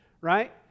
right